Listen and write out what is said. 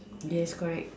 yes correct